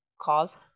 cause